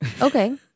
okay